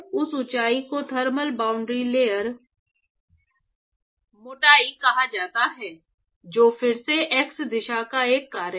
इस ऊंचाई को थर्मल बाउंड्री लेयर मोटाई कहा जाता है जो फिर से x दिशा का एक कार्य है